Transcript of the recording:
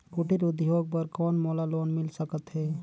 कुटीर उद्योग बर कौन मोला लोन मिल सकत हे?